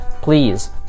please